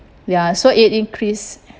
ya so it increase